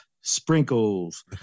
sprinkles